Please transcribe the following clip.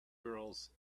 girls